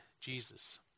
Jesus